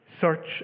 Search